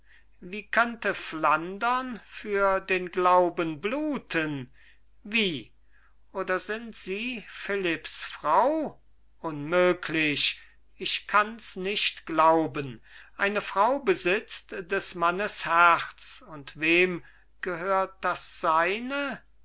wie könnte flandern für den glauben bluten wie oder sind sie philipps frau unmöglich ich kanns nicht glauben eine frau besitzt des mannes herz und wem gehört das seine